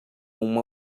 uma